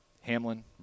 Hamlin